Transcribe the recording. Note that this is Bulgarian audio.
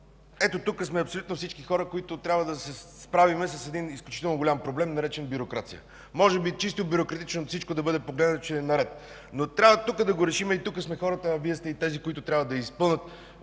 тук сме абсолютно всички хора, които трябва да се справим с един изключително голям проблем, наречен „бюрокрация”. Може би, чисто бюрократично погледнато, всичко да е наред. Трябва тук обаче да го решим и тук сме хората, а и Вие сте тези, които трябва да изпълнят